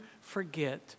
forget